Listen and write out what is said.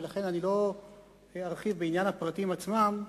ולכן אני לא ארחיב בעניין הפרטים עצמם,